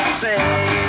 say